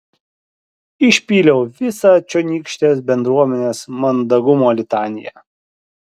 išpyliau visą čionykštės bendruomenės mandagumo litaniją